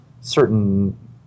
certain